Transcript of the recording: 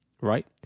right